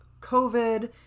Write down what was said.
COVID